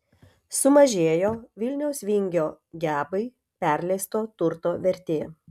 sumažėjo vilniaus vingio gebai perleisto turto vertė